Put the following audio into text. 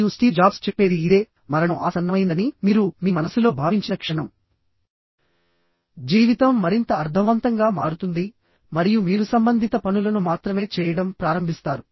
మరియు Steve Jobs చెప్పేది ఇదే మరణం ఆసన్నమైందని మీరు మీ మనస్సులో భావించిన క్షణం జీవితం మరింత అర్థవంతంగా మారుతుంది మరియు మీరు సంబంధిత పనులను మాత్రమే చేయడం ప్రారంభిస్తారు